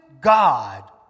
God